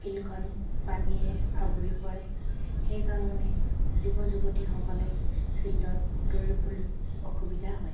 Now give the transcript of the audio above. ফিল্ডখন পানীৰে আৱৰি পৰে সেইকাৰণে যুৱ যুৱতীসকলে ফিল্ডত দৌৰিবলৈ অসুবিধা হয়